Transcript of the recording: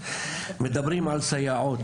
שעות,